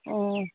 অঁ